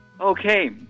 Okay